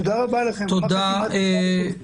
תודה רבה לכם, גמר חתימה טובה לכולם.